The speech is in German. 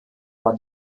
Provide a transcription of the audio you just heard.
war